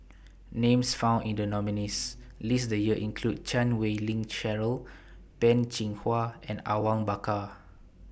Names found in The nominees' list This Year include Chan Wei Ling Cheryl Peh Chin Hua and Awang Bakar